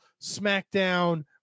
SmackDown